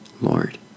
Lord